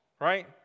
right